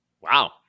Wow